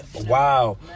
Wow